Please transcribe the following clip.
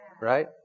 right